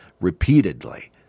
repeatedly